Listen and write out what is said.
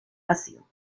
vacío